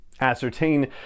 ascertain